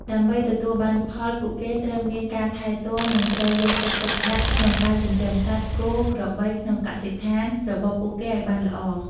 ដើម្បីទទួលបានផល ពួកគេត្រូវមាន ការថែទាំ និងត្រូវយកចិត្តទុកដាក់ក្នុងការចិញ្ចឹមសត្វ គោ ក្របីក្នុងកសិដ្ឋានរបស់ពួកគេអោយបានល្អ។